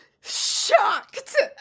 shocked